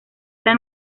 era